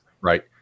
Right